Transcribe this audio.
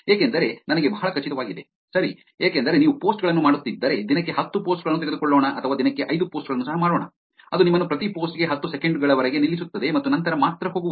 ಏಕೆಂದರೆ ನನಗೆ ಬಹಳ ಖಚಿತವಾಗಿದೆ ಸರಿ ಏಕೆಂದರೆ ನೀವು ಪೋಸ್ಟ್ ಗಳನ್ನು ಮಾಡುತ್ತಿದ್ದರೆ ದಿನಕ್ಕೆ ಹತ್ತು ಪೋಸ್ಟ್ ಗಳನ್ನು ತೆಗೆದುಕೊಳ್ಳೋಣ ಅಥವಾ ದಿನಕ್ಕೆ ಐದು ಪೋಸ್ಟ್ ಗಳನ್ನು ಸಹ ಮಾಡೋಣ ಅದು ನಿಮ್ಮನ್ನು ಪ್ರತಿ ಪೋಸ್ಟ್ ಗೆ ಹತ್ತು ಸೆಕೆಂಡು ಗಳವರೆಗೆ ನಿಲ್ಲಿಸುತ್ತದೆ ಮತ್ತು ನಂತರ ಮಾತ್ರ ಹೋಗುವುದು